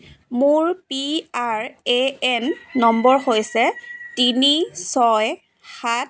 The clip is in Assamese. মোৰ P R A N number হৈছে তিনি ছয় সাত